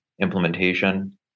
implementation